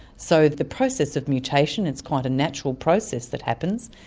so the process of mutation, it's quite a natural process that happens,